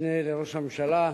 המשנה לראש הממשלה,